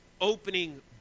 opening